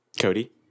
Cody